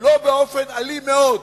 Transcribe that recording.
לא באופן אלים מאוד,